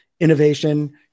innovation